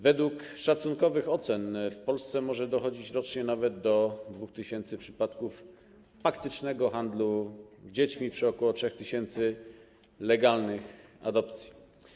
Według szacunkowych ocen w Polsce może dochodzić rocznie nawet do 2 tys. przypadków faktycznego handlu dziećmi przy ok. 3 tys. przypadków legalnych adopcji.